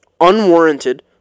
unwarranted